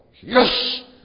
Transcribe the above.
Yes